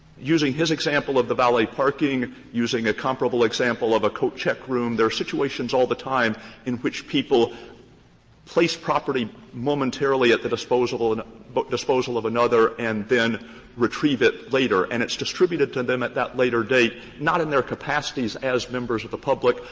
using his example of the valet parking, using a comparable example of a coat checkroom, there are situations all the time in which people place property momentarily at the disposal and but disposal of another and then retrieve it later. and it's distributed to them at that later date, not in their capacities as members of the public,